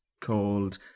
called